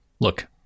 Look